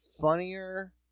funnier